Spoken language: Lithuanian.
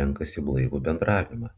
renkasi blaivų bendravimą